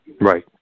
Right